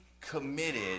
committed